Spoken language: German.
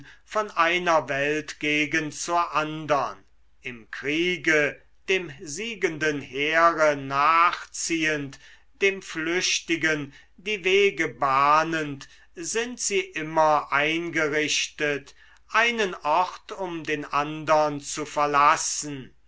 von einer weltgegend zur andern im kriege dem siegenden heere nachziehend dem flüchtigen die wege bahnend sind sie immer eingerichtet einen ort um den andern zu verlassen